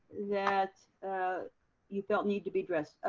that you felt need to be addressed?